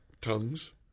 tongues